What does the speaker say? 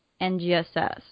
NGSS